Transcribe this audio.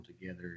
together